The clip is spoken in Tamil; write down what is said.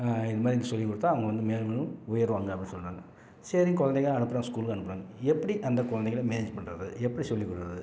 இந்தமாதிரி வந்து சொல்லிக்கொடுத்தா அவங்க வந்து மேலும் மேலும் உயருவாங்க அப்படின்னு சொல்கிறாங்க சரின் குழந்தைங்க அனுப்புகிறேன் ஸ்கூலுக்கு அனுப்புகிறாங்க எப்படி அந்த குழந்தைங்கள மேனேஜ் பண்றது எப்படி சொல்லிக்கொடுக்குறது